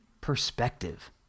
perspective